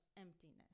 emptiness